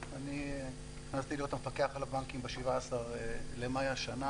נכנסתי להיות המפקח על הבנקים ב-17 במאי השנה